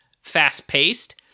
fast-paced